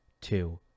two